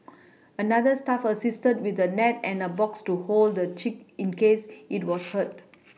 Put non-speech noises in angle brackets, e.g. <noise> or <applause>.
<noise> another staff assisted with a net and a box to hold the chick in case it was hurt <noise>